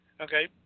okay